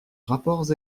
rapports